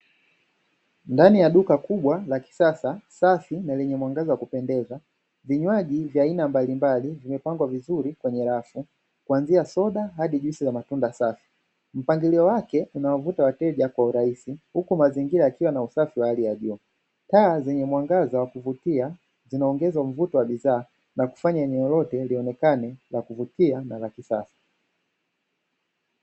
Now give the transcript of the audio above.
Ndani ya duka kubwa la kisasa safi na lenye mwanga wa kupendeza vinywaji vya aina mbalimbali vimepangwa vizuri kwenye rafu, kuanzia soda adi juisi ya matunda safi, mpangilio wake unawavuta wateja kwa urahisi uku mazingira yakiwa na usafi wa hali ya juu, taa zenye mwangaza wa kuvutia zinaongeza mvuto wa bidhaa nakufanya eneo letu lionekane la kuvutia na la kisasa.